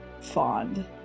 fond